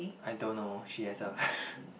I don't know she has a